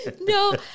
No